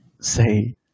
say